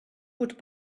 would